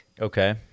Okay